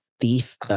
thief